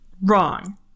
wrong